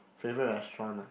favorite restaurant ah